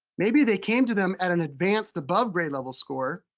maybe they came to them at an advanced above grade level score,